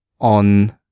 on